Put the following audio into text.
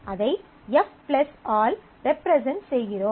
அதை F ஆல் represent செய்கிறோம்